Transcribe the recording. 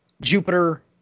Jupiter